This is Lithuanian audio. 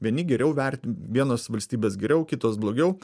vieni geriau vertina vienos valstybės geriau kitos blogiau